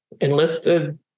enlisted